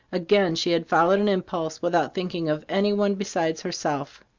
again she had followed an impulse, without thinking of any one besides herself.